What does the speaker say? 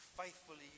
faithfully